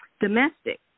domestic